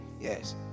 yes